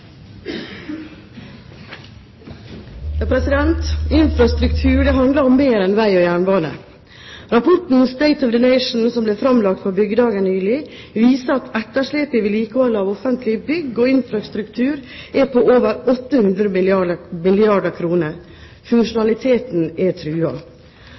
handler om mer enn vei og jernbane. Rapporten State of the Nation som ble framlagt på Byggedagene nylig, viser at etterslepet i vedlikeholdet av offentlige bygg og infrastruktur er på over 800 milliarder